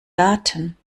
daten